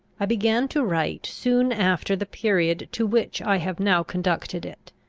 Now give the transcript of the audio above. i began to write soon after the period to which i have now conducted it.